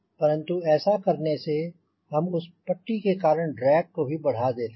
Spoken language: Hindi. परंतु ऐसा करने से हम उस पट्टी के कारण ड्रैग भी बढ़ा देते हैं